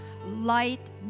light